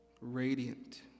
radiant